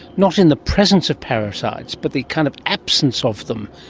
not in the presence of parasites but the kind of absence of them.